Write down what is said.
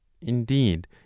Indeed